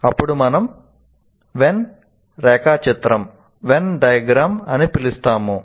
అప్పుడు మనం వెన్ రేఖాచిత్రం అని పిలుస్తాము